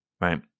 right